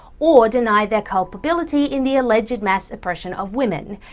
or deny their culpability in the alleged mass oppression of women.